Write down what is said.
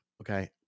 okay